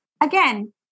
again